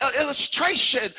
illustration